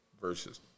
Versus